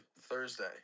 Thursday